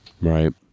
Right